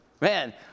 Man